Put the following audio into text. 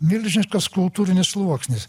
milžiniškas kultūrinis sluoksnis